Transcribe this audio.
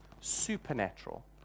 supernatural